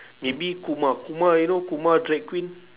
maybe kumar kumar you know kumar drag queen